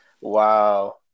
Wow